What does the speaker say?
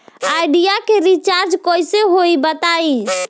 Idea के recharge कइसे होई बताईं?